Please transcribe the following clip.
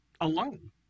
alone